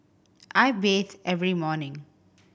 I bathe every morning